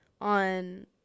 on